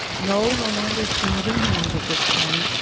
no land is changing hands at this point.